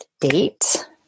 date